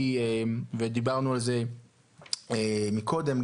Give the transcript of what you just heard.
ודיברנו על זה מקודם,